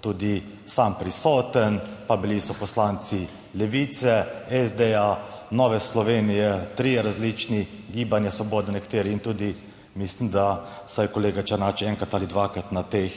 tudi sam prisoten, pa bili so poslanci Levice, SD, Nove Slovenije, Trije različni, Gibanje Svobode nekateri in tudi mislim, da vsaj kolega Černač enkrat ali dvakrat na teh